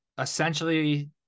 Essentially